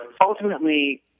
ultimately